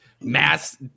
Mass